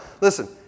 Listen